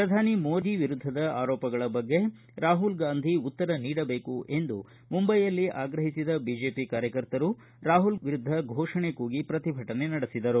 ಪ್ರಧಾನಿ ಮೋದಿ ವಿರುದ್ದದ ಆರೋಪಗಳ ಬಗ್ಗೆ ರಾಹುಲ್ ಗಾಂಧಿ ಉತ್ತರ ನೀಡಬೇಕು ಎಂದು ಮುಂಬೈಯಲ್ಲಿ ಆಗ್ರಹಿಸಿದ ಬಿಜೆಪಿ ಕಾರ್ಯಕರ್ತರು ರಾಹುಲ್ ವಿರುದ್ದ ಘೋಷಣೆ ಕೂಗಿ ಪ್ರತಿಭಟನೆ ನಡೆಸಿದರು